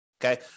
Okay